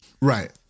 Right